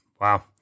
Wow